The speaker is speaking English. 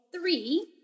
three